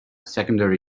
secondary